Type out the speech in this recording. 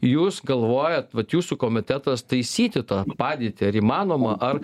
jūs galvojat vat jūsų komitetas taisyti tą padėtį ar įmanoma ar